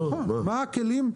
נכון, ומה הכלים.